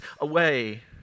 away